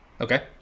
Okay